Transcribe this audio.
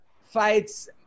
fights